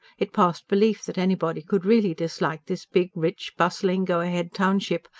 it passed belief that anybody could really dislike this big, rich, bustling, go-ahead township,